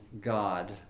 God